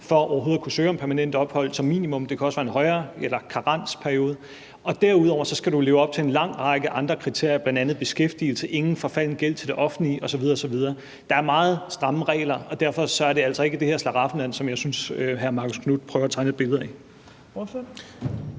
til overhovedet at kunne søge om permanent ophold – som minimum, men det kan også være en højere karensperiode. Derudover skal du leve op til en lang række andre kriterier, bl.a. beskæftigelse, ingen forfalden gæld til det offentlige osv. osv. Der er meget stramme regler, og derfor er det altså ikke det her slaraffenland, som jeg synes hr. Marcus Knuth prøver at tegne et billede af.